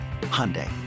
Hyundai